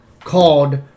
called